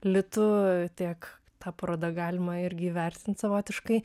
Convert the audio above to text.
litų tiek tą parodą galima irgi vertinti savotiškai